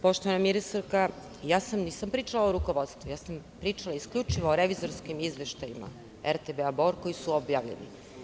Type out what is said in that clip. Poštovana ministarka, ja sada nisam pričala o rukovodstvu, ja sam pričala isključivo o revizorskim izveštajima RTB "Bor", koji su objavljeni.